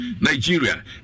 Nigeria